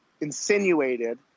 insinuated